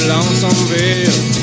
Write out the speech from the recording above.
Lonesomeville